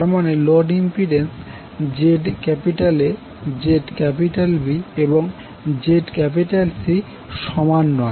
তারমানে load impedance ZA ZBএবং ZCসমান নয়